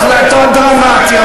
החלטות דרמטיות,